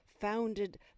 founded